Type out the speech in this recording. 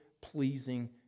pleasing